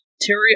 Terry